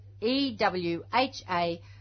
E-W-H-A